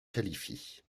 qualifie